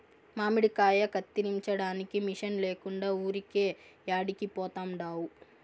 మామిడికాయ కత్తిరించడానికి మిషన్ లేకుండా ఊరికే యాడికి పోతండావు